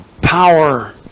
Power